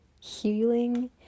healing